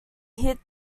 hit